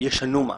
ישנו משהו?